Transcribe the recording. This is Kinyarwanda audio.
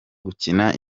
gukina